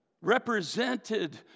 represented